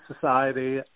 society